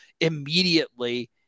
immediately